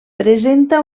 presenta